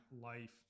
life